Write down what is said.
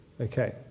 Okay